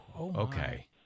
Okay